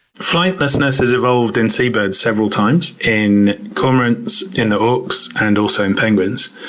flightlessness has evolved in seabirds several times, in cormorants, in the auks, and also in penguins.